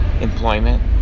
employment